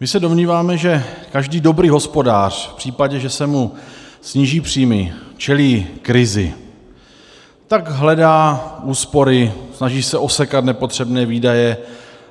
My se domníváme, že každý dobrý hospodář v případě, že se mu sníží příjmy, čelí krizi, tak hledá úspory, snaží se osekat nepotřebné výdaje